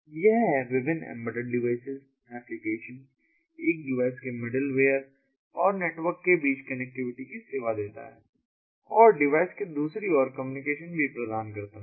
यह है विभिन्न एंबेडेड डिवाइसेज एप्लीकेशन एक डिवाइस के मिडिल वेयर और नेटवर्क के बीच कनेक्टिविटी की सेवा देता है और डिवाइस के दूसरी ओर कम्युनिकेशन भी प्रदान करता है